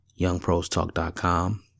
youngprostalk.com